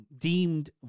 deemed